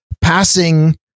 passing